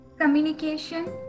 communication